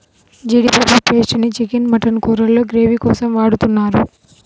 జీడిపప్పు పేస్ట్ ని chicken, mutton కూరల్లో గ్రేవీ కోసం వాడుతున్నారు